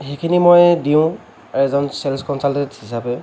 সেইখিনি মই দিওঁ এজন চেলছ কনচালটেণ্ট হিচাপে